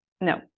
No